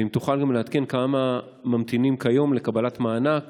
ואם תוכל גם לעדכן כמה ממתינים כיום לקבלת מענק